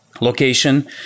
location